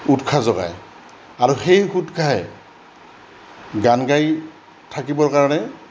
উৎসাহ যোগায় আৰু সেই উৎসাহে গান গাই থাকিবৰ কাৰণে